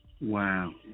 Wow